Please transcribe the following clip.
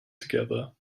together